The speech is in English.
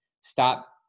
stop